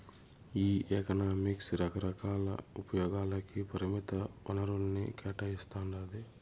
ఈ ఎకనామిక్స్ రకరకాల ఉపయోగాలకి పరిమిత వనరుల్ని కేటాయిస్తాండాది